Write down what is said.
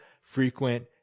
frequent